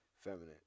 feminine